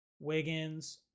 Wiggins